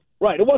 Right